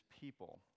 people